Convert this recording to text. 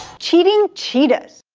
cheating cheetahs!